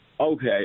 Okay